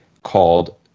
called